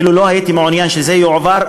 אילו לא הייתי מעוניין שזה יועבר,